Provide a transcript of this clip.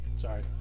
Sorry